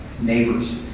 neighbors